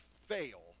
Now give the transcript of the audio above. fail